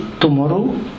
tomorrow